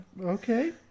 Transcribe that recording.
Okay